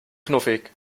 knuffig